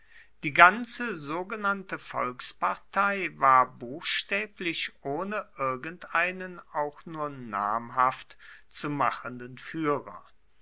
die ganze sogenannte volkspartei war buchstäblich ohne irgendeinen auch nur namhaft zu machenden führer